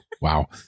Wow